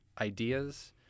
ideas